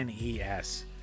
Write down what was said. NES